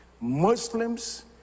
Muslims